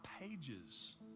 pages